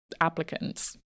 applicants